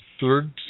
third